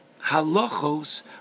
halachos